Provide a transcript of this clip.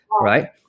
right